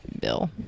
Bill